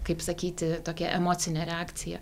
kaip sakyti tokia emocinė reakcija